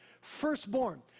Firstborn